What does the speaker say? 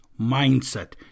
mindset